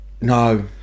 No